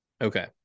Okay